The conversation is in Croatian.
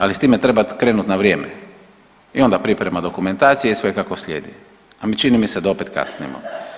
Ali s time treba krenuti na vrijeme i onda priprema dokumentacije i sve kako slijedi, ali čini mi se da opet kasnimo.